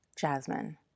Jasmine